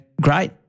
great